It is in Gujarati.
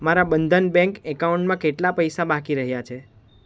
મારા બંધન બેંક એકાઉન્ટમાં કેટલા પૈસા બાકી રહ્યા છે